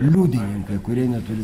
liudininkai kurie neturi